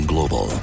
Global